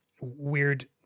weird